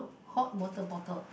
hot water bottle